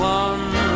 one